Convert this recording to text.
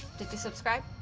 did you subscribe?